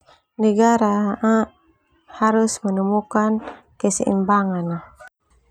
Negara harus menemukan keseimbangan.